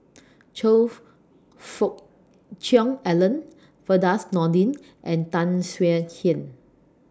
Choe Fu Fook Cheong Alan Firdaus Nordin and Tan Swie Hian